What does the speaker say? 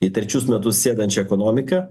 į trečius metus sėdančią ekonomiką